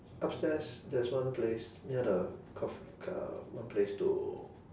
upstairs there's one place near the coff~ ca~ one place to